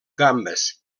gambes